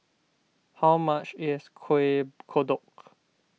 how much is Kuih Kodok